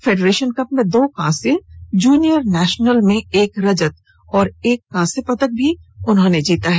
federation cup में दो कांस्य जूनियर नेशनल में एक रजत और एक कांस्य पदक भी जीता है